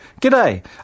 G'day